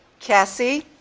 casi,